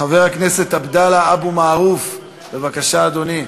חבר הכנסת עבדאללה אבו מערוף, בבקשה, אדוני.